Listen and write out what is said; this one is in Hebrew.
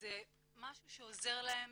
שזה משהו שעוזר להם